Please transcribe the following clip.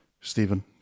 Stephen